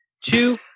Two